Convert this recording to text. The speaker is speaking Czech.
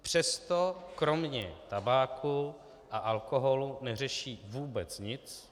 Přesto kromě tabáku a alkoholu neřeší vůbec nic.